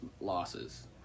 losses